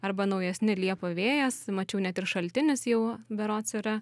arba naujesni liepa vėjas mačiau net ir šaltinis jau berods yra